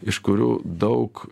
iš kurių daug